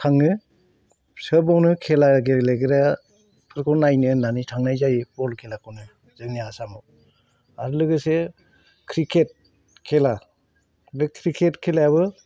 थांङो सोबावनो खेला गेलेग्राफोरखौ नायनो होन्नानै थांनाय जायो बल खेलाखौनो जोंनि आसामाव आरो लोगोसे क्रिकेट खेला बे क्रिकेट खेलायाबो